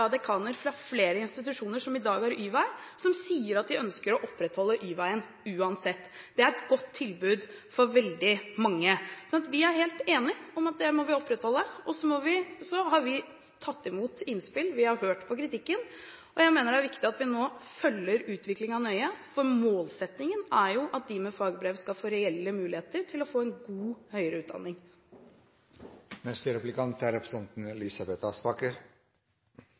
dekaner fra flere institusjoner som i dag har Y-veien, sier at de ønsker å opprettholde Y-veien uansett. Det er et godt tilbud for veldig mange. Så vi er helt enige om at vi må opprettholde det. Vi har tatt imot innspill, vi har hørt på kritikken, og jeg mener det er viktig at vi nå følger utviklingen nøye, for målsettingen er at de med fagbrev skal få reelle muligheter til å få en god høyere utdanning. Det er nå tre år siden Høyre fremmet sitt yrkesfagløft, hvor vi foreslo retten til påbygg etter fagbrev. Heldigvis er